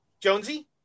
Jonesy